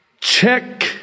check